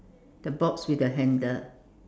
the box with the handle